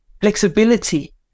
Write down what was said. flexibility